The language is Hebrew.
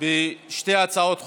בשתי הצעות חוק,